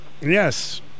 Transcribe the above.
Yes